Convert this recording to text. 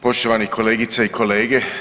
Poštovane kolegice i kolege.